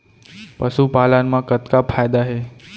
पशुपालन मा कतना फायदा हे?